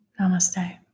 Namaste